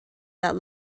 that